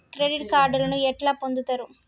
Credit కార్డులను ఎట్లా పొందుతరు?